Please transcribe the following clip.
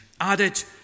Added